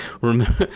remember